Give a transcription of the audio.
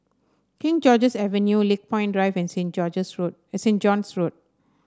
King George's Avenue Lakepoint Drive and Saint George's Road Saint John's Road